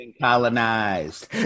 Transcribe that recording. Colonized